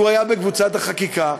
שהיה בקבוצת החקיקה,